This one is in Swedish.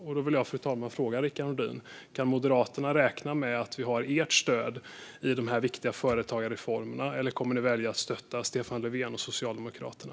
Jag vill, fru talman, fråga Rickard Nordin: Kan Moderaterna räkna med att vi har ert stöd för de här viktiga företagarreformerna, eller kommer ni att välja att stötta Stefan Löfven och Socialdemokraterna?